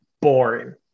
Boring